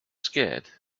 scared